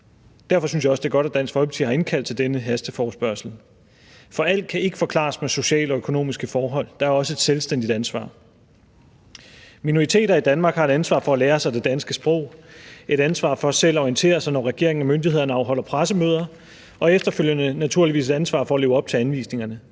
Derfor synes jeg også, det er godt, at Dansk Folkeparti har indkaldt til den her hasteforespørgsel. For alt kan ikke forklares med sociale og økonomiske forhold. Der er også et selvstændigt ansvar. Minoriteter i Danmark har et ansvar for at lære sig det danske sprog, et ansvar for selv at orientere sig, når regeringen og myndighederne afholder pressemøder, og efterfølgende naturligvis et ansvar for at leve op til anvisningerne.